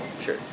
Sure